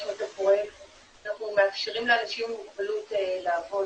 --- אנחנו מאפשרים לאנשים עם מוגבלות לעבוד